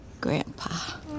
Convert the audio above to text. grandpa